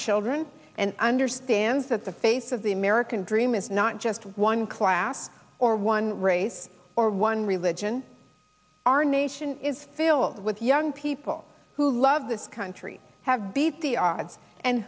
children and understands that the face of the american dream is not just one class or one race or one religion our nation is filled with young people who love this country have beat the odds and